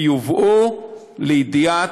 ויובאו לידיעת,